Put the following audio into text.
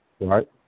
right